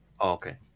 okay